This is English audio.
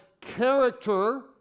character